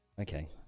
Okay